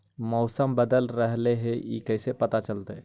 मौसम बदल रहले हे इ कैसे पता चलतै?